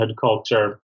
culture